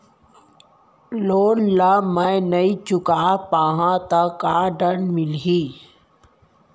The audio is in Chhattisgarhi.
लोन ला मैं नही चुका पाहव त का दण्ड मिलही?